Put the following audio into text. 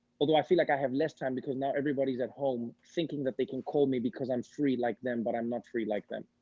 although i feel like i have less time because, now, everybody's at home thinking they can call me because i'm free like them, but i'm not free like them,